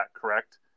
correct